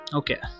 okay